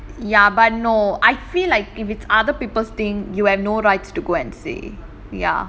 ya but no I feel like if it's other people's thing you have no rights to go and say ya